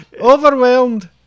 overwhelmed